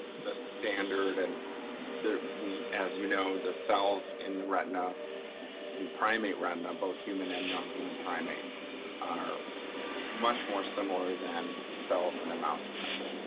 the standard and there we, as you know, the cells in the retina and in primate retina, both human and non human primate are much more similar than cells in a mouse retina.